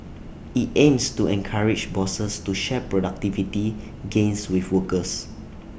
IT aims to encourage bosses to share productivity gains with workers